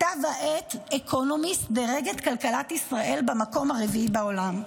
כתב העת אקונומיסט דירג את כלכלת ישראל במקום הרביעי בעולם.